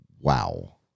wow